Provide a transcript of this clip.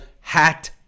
hat